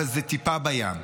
אבל זה טיפה בים,